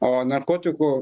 o narkotikų